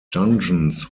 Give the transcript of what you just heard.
dungeons